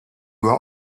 were